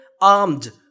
armed